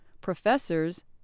professors